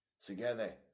together